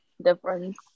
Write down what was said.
Difference